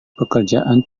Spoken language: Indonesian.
pekerjaan